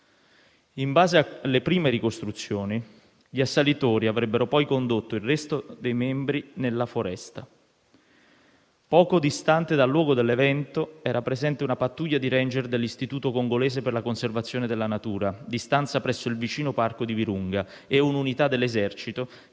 In base alle prime ricostruzioni, gli assalitori avrebbero, poi, condotto il resto dei membri nella foresta. Poco distante dal luogo dell'evento era presente una pattuglia di *ranger* dell'Istituto congolese per la conservazione della natura, di stanza presso il vicino Parco nazionale dei Virunga, e un'unità dell'esercito,